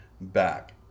back